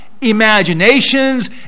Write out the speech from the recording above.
Imaginations